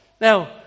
Now